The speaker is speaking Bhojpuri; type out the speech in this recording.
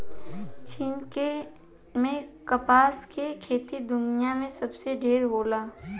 चीन में कपास के खेती दुनिया में सबसे ढेर होला